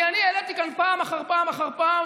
כי אני העליתי כאן פעם אחר פעם אחר פעם